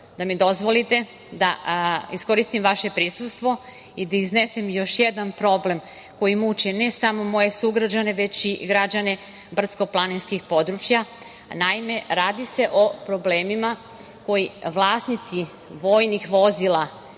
da mi dozvolite da iskoristim vaše prisustvo i da iznesem još jedna problem koji muči, ne samo moje sugrađane, već i građane brdsko-planinskih područaja, naime, radi se o problemima koji vlasnici vojnih vozila